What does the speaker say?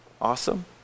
awesome